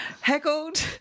Heckled